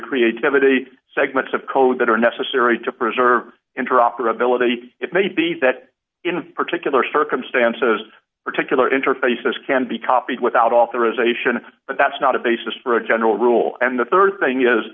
creativity segments of code that are necessary to preserve interoperability it may be that in particular circumstances particular interfaces can be copied without authorization but that's not a basis for a general rule and the rd thing is